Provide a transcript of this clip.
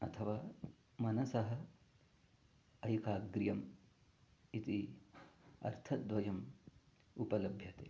अथवा मनसः ऐकाग्र्यम् इति अर्थद्वयम् उपलभ्यते